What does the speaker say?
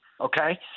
okay